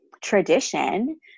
tradition